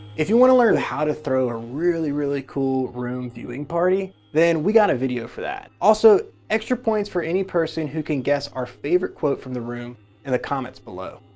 if you want to learn how to throw a really really cool the room viewing party, then we got a video for that. also extra points for any person who can guess our favorite quote from the room and the comments below.